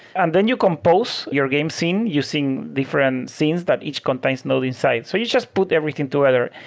and then you compose your game scene using different scenes that each contains node inside. so you just put everything together.